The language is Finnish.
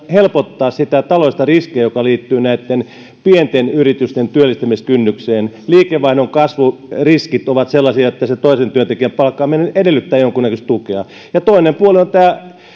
helpottaa sitä taloudellista riskiä joka liittyy pienten yritysten työllistämiskynnykseen liikevaihdon kasvuriskit ovat sellaisia että toisen työntekijän palkkaaminen edellyttää jonkunnäköistä tukea toinen puoli on